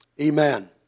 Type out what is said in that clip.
Amen